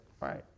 Right